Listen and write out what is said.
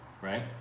right